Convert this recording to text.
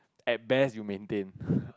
at best you maintain